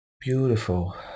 Beautiful